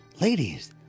Ladies